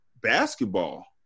basketball